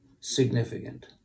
significant